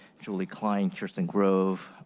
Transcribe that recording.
julie klein, christian grove,